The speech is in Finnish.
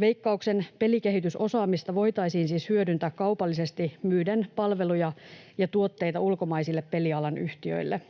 Veikkauksen pelikehitysosaamista voitaisiin siis hyödyntää kaupallisesti myyden palveluja ja tuotteita ulkomaisille pelialan yhtiöille.